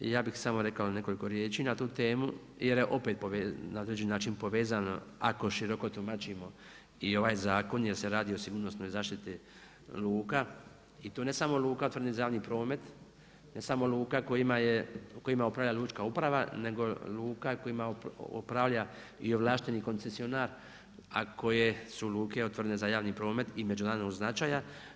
Ja bih samo rekao nekoliko riječi na tu temu, jer je opet na određeni način povezano ako široko tumačimo i ovaj zakon, jer se radi o sigurnosnoj zaštiti luka i to ne samo luka otvorenih za javni promet, ne samo luka kojima upravlja Lučka uprava nego luka kojima upravlja i ovlašteni koncesionar a koje su luke otvorene za javni promet i međunarodnog značaja.